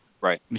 Right